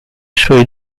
suoi